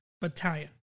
battalion